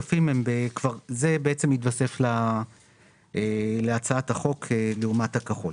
זה בעצם מתווסף להצעת החוק לעומת הכחול.